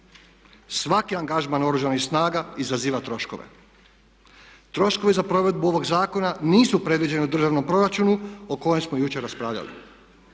Svaki angažman Oružanih snaga izaziva troškove. Troškove za provedbu ovog zakona nisu predviđeni u državnom proračunu o kojem smo jučer raspravljali.